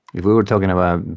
if we were talking about,